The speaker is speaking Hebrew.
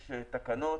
יש תקנות.